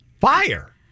Fire